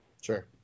Sure